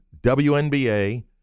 WNBA